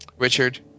Richard